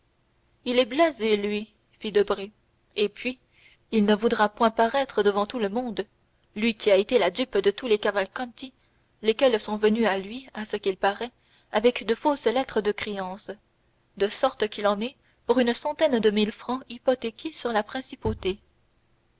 il est blasé lui fit debray et puis il ne voudra point paraître devant tout le monde lui qui a été la dupe de tous les cavalcanti lesquels sont venus à lui à ce qu'il paraît avec de fausses lettres de créance de sorte qu'il en est pour une centaine de mille francs hypothéqués sur la principauté